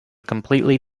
completely